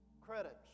credits